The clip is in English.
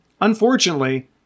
Unfortunately